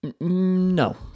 no